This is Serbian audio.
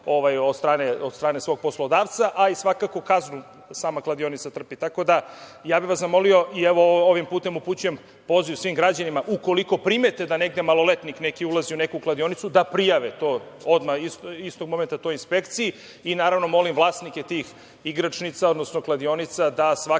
od strane svog poslodavca, a i svakako kaznu sama kladionica trpi, tako da, ja bih vas zamolio i ovim putem upućujem poziv svim građanima ukoliko primete da negde maloletnik neki ulazi u neku kladionicu, da prijave to odmah, inspekciji, i naravno molim vlasnike tih igračnica da svakako